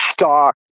stock